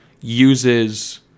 uses